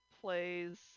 plays